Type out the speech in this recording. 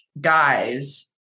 guys